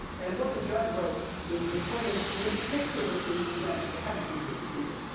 and what the judge wrote is, the plaintiff's meticulously presented. you had to be there to see this.